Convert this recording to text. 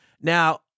now